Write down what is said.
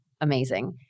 Amazing